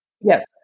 Yes